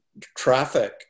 traffic